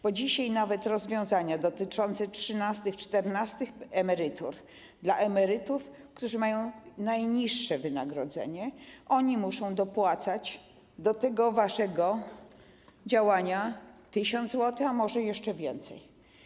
Bo dzisiaj nawet rozwiązania dotyczące trzynastych, czternastych emerytur dla emerytów, którzy mają najniższe wynagrodzenie, powodują, że oni muszą dopłacać do tego waszego działania 1 tys. zł, a może jeszcze więcej.